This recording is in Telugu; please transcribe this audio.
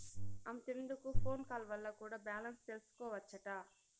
అంతెందుకు ఫోన్ కాల్ వల్ల కూడా బాలెన్స్ తెల్సికోవచ్చట